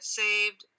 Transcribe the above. saved